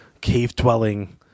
cave-dwelling